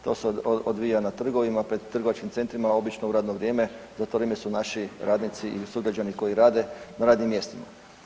To su odvija na trgovima, pred trgovačkim centrima obično u radno vrijeme, za to vrijeme su naši radnici ili sugrađani koji rade na radnim mjestima.